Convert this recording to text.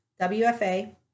WFA